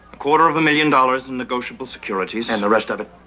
quarter of a million dollars in negotiable securities. and the rest of it?